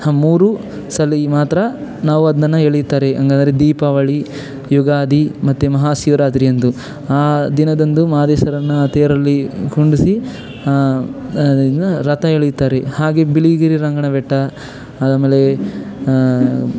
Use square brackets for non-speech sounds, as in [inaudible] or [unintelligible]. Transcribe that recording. ಹ ಮೂರು ಸಲ ಮಾತ್ರ ನಾವು ಅದನ್ನು ಎಳಿತಾರೆ ಹಂಗಂದ್ರೆ ದೀಪಾವಳಿ ಯುಗಾದಿ ಮತ್ತು ಮಹಾಶಿವರಾತ್ರಿ ಅಂದು ಆ ದಿನದಂದು ಮಹದೇಶ್ವರನ ತೇರಲ್ಲಿ ಕುಂಡರಿಸಿ ಹಾಂ [unintelligible] ರಥ ಎಳೆಯುತ್ತಾರೆ ಹಾಗೆಯೇ ಬಿಳಿಗಿರಿ ರಂಗನ ಬೆಟ್ಟ ಆಮೇಲೆ